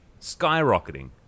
skyrocketing